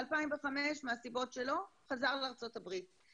ב-2005 חזר לארצות הברית - מהסיבות שלו.